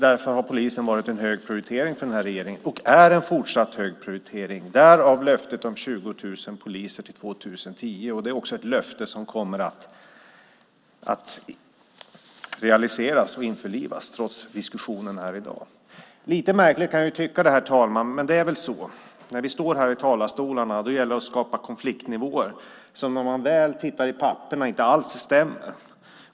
Därför har polisen varit en hög prioritering för den här regeringen och är en fortsatt hög prioritering - därav löftet om 20 000 poliser till 2010. Det är också ett löfte som kommer att realiseras och införlivas, trots diskussionen här i dag. Lite märkligt kan jag tycka att det är, herr talman, men det är väl så: När vi står här i talarstolarna gäller det att skapa konfliktnivåer som, när man väl tittar i pappren, inte alls stämmer.